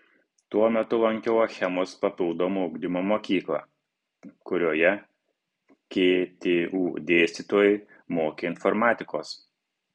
tuo metu lankiau achemos papildomo ugdymo mokyklą kurioje ktu dėstytojai mokė informatikos